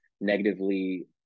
negatively